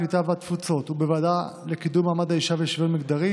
הקליטה והתפוצות ובוועדה לקידום מעמד האישה ולשוויון מגדרי